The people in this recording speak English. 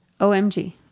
OMG